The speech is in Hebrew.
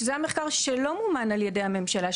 שזה היה מחקר שלא מומן על ידי הממשלה,